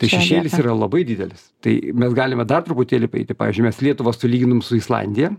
tai šešėlis yra labai didelis tai mes galime dar truputėlį paeiti pavyzdžiui mes lietuvą sulyginom su islandija